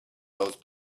those